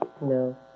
No